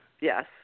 Yes